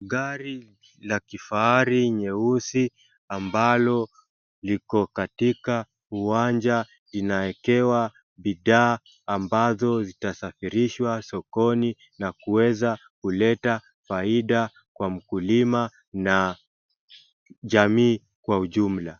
Gari la kifahari nyeusi ambalo liko katika uwanja linaekewa bidhaa ambazo zitasafirishwa sokoni na kuweza kuleta faida kwa mkulima na jamii kwa ujumla.